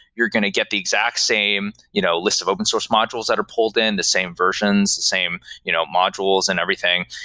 you're going to get the exact same you know list of open source modules that are pulled in, the same versions, same you know modules and everything,